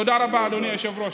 תודה רבה, אדוני היושב-ראש.